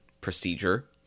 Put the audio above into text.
procedure